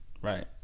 Right